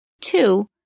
Two